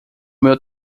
meu